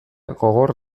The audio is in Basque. gogor